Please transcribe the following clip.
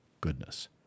goodness